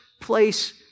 place